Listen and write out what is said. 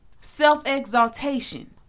self-exaltation